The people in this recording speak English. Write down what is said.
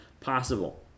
possible